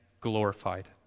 glorified